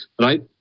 right